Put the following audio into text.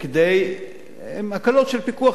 הן הקלות של פיקוח נפש.